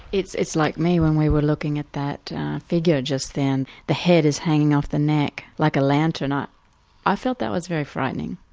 it's it's like me when we were looking at that figure just then, the head is hanging off the neck like a lantern ah i felt that was very frightening.